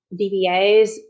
DBAs